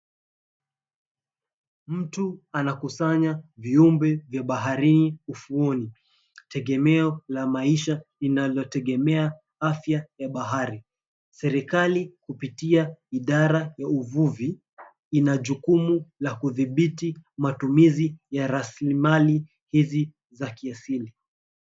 Mtu anakusanya viumbe vya baharini ufuoni. Tegemeo la maisha linalotegemea afya ya bahari. Serikali kupitia idara ya uvuvi ina jukumu ya kudhibiti matumizi ya raslimali hizi za kiasili.